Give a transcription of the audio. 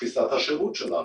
תפיסת השירות שלנו.